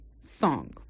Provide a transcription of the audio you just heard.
song